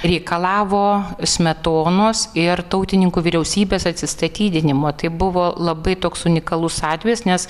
reikalavo smetonos ir tautininkų vyriausybės atsistatydinimo tai buvo labai toks unikalus atvejis nes